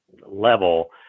level